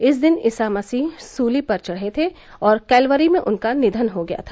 इस दिन ईसा मसीह सूली पर चढ़े थे और कैलवरी में उनका निधन हो गया था